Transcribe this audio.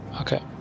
Okay